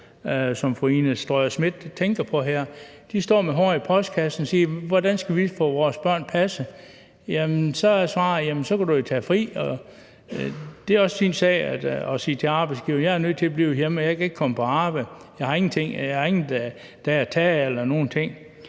som fru Ina Strøjer-Schmidt tænker på her. De står med håret i postkassen og spørger: Hvordan skal vi få vores børn passet? Jamen svaret er så: Jamen så kan du jo tage fri. Men det er også sin sag at sige til arbejdsgiveren: Jeg er nødt til at blive hjemme, jeg kan ikke komme på arbejde, jeg har ingen dage at tage af eller nogen ting;